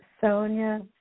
Sonia